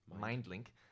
mind-link